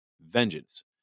vengeance